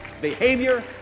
behavior